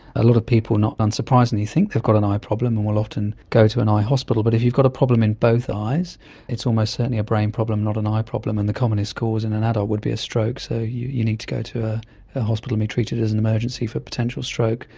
a lot of people not unsurprisingly think they've got an eye problem and will often go to an eye hospital, but if you've got a problem in both eyes it's almost certainly a brain problem, not an eye problem, and the commonest cause in an adult would be a stroke, so you you need to go to a hospital and be treated as an emergency for potential stroke,